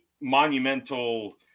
monumental